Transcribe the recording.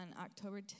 October